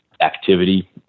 activity